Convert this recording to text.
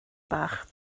bach